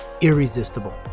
irresistible